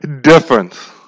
difference